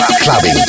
clubbing